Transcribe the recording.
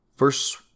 Verse